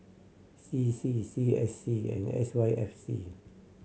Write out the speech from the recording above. C C C S C and S Y F C